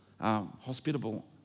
hospitable